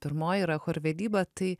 pirmoji yra chorvedyba tai